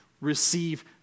receive